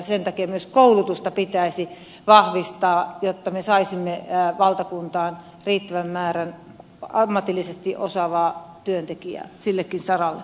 sen takia myös koulutusta pitäisi vahvistaa jotta me saisimme valtakuntaan riittävän määrän ammatillisesti osaavaa työntekijää sillekin saralle